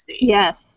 Yes